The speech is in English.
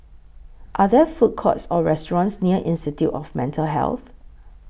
Are There Food Courts Or restaurants near Institute of Mental Health